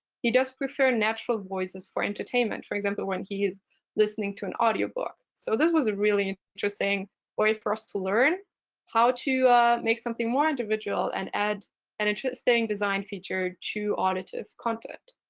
he does prefer natural voices for entertainment. for example, when he is listening to an audio book. so this was a really interesting way for us to learn how to make something more individual and add an interesting design feature to auditive content.